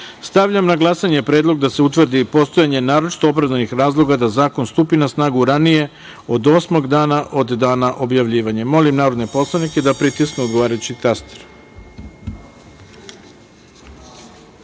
na glasanje predlog da se utvrdi postojanje naročito opravdanih razloga da zakon stupi na snagu ranije od osmog dana od dana objavljivanja. Molim narodne poslanike da pritisnu odgovarajući